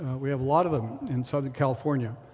we have a lot of them in southern california.